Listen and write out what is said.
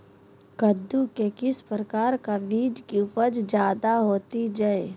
कददु के किस प्रकार का बीज की उपज जायदा होती जय?